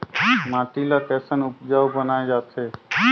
माटी ला कैसन उपजाऊ बनाय जाथे?